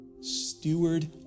steward